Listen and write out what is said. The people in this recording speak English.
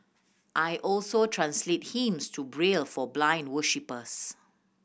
I also translate hymns to Braille for blind worshippers